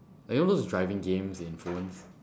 you know those driving games in phones